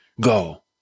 go